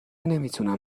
نمیتونم